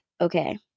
okay